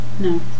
No